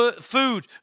Food